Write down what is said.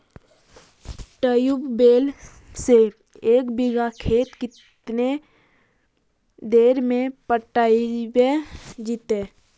Tubewell से एक बिघा खेत केतना देर में पटैबए जितै?